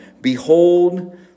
Behold